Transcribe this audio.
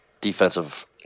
defensive